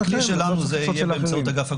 הכלי שלנו יהיה באמצעות אגף עגונות.